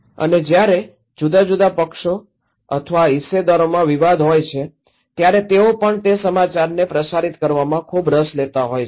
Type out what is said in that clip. અને જ્યારે જુદા જુદા પક્ષો અથવા હિસ્સેદારોમાં વિવાદમાં હોય છે ત્યારે તેઓ પણ તે સમાચારને પ્રસારિત કરવામાં ખૂબ રસ લેતા હોય છે